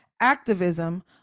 activism